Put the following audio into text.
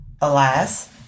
Alas